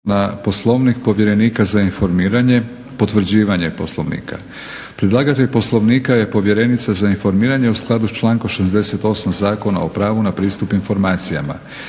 - Poslovnik povjerenika za informiranje – potvrđivanje Poslovnika Predlagatelj poslovnika je povjerenica za informiranje u skladu s člankom 68. Zakona o pravu na pristup informacijama.